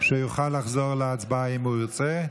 שיוכל לחזור להצבעה, אם הוא ירצה.